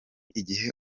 igiye